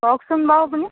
কওঁকচোন বাৰু আপুনি